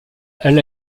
elle